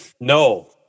No